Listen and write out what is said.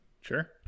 Sure